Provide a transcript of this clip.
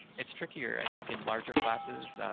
it's trickier i think in larger classes,